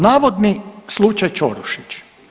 Navodni slučaj Ćorušić.